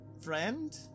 friend